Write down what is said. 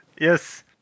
yes